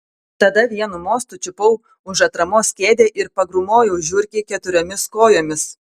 tada vienu mostu čiupau už atramos kėdę ir pagrūmojau žiurkei keturiomis kojomis